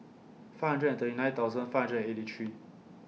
five hundred and thirty nine thousand five hundred and eighty three